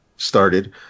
started